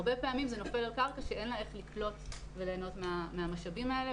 הרבה פעמים זה נופל על קרקע שאין לה איך לקלוט וליהנות מהמשאבים האלה,